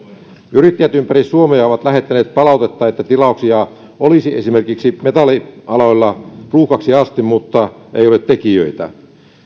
yrittäjät ympäri suomea ovat lähettäneet palautetta että tilauksia olisi esimerkiksi metallialalla ruuhkaksi asti mutta ei ole tekijöitä